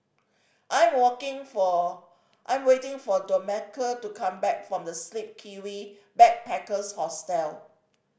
I'm working for I'm waiting for Domenica to come back from The Sleepy Kiwi Backpackers Hostel